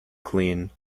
clean